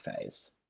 phase